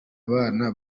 bana